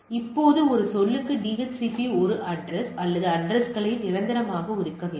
இப்போது ஒரு சொல்லுக்கு DHCP ஒரு அட்ரஸ் அல்லது அட்ரஸ்களை நிரந்தரமாக ஒதுக்கவில்லை